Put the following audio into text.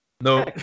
No